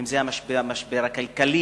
אם זה המשבר הכלכלי,